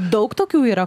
daug tokių yra